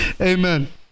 Amen